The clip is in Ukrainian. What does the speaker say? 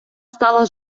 стала